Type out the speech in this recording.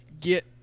get